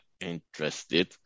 interested